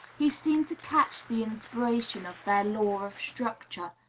he seemed to catch the inspiration of their law of structure,